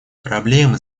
проблемы